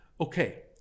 okay